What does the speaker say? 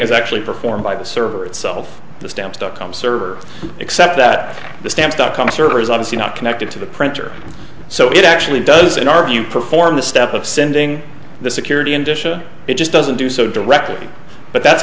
is actually performed by the server it's self the stamps dot com server except that the stamps dot com server is obviously not connected to the printer so it actually doesn't argue perform the step of sending the security and disha it just doesn't do so directly but that's